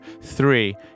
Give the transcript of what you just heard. three